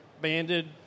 banded